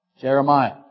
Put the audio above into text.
Jeremiah